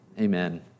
Amen